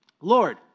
Lord